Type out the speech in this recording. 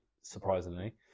surprisingly